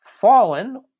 fallen